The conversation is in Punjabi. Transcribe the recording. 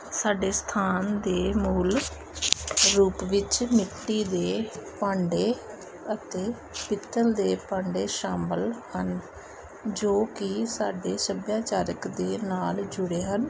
ਸਾਡੇ ਸਥਾਨ ਦੇ ਮੂਲ ਰੂਪ ਵਿੱਚ ਮਿੱਟੀ ਦੇ ਭਾਂਡੇ ਅਤੇ ਪਿੱਤਲ ਦੇ ਭਾਂਡੇ ਸ਼ਾਮਲ ਹਨ ਜੋ ਕਿ ਸਾਡੇ ਸੱਭਿਆਚਾਰ ਦੇ ਨਾਲ ਜੁੜੇ ਹਨ